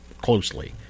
closely